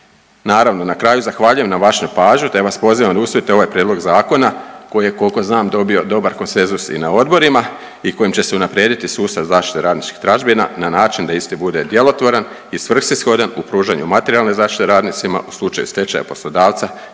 Naravno, na kraju zahvaljujem na vašoj pažnji, te vas pozivam da usvojite ovaj prijedlog zakona koji je koliko znam dobio dobar konsenzus i na odborima i kojim će se unaprijediti sustav zaštite radničkih tražbina na način da isti bude djelotvoran i svrsishodan u pružanju materijalne zaštite radnicima u slučaju stečaja poslodavca